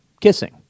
kissing